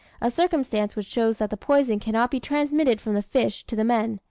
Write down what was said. a circumstance which shows that the poison cannot be transmitted from the fish to the men.